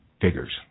figures